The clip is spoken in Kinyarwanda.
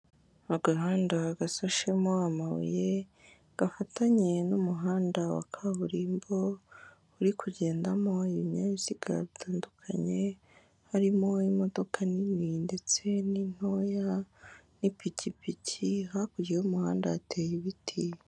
Agahanda gasashemo amabuye, gafatanye n'umuhanda wa kaburimbo, uri kugendamo ibinyabiziga bitandukanye, harimo imodoka nini ndetse n'intoya n'ipikipiki, hakurya y'umuhanda hateye ibiti.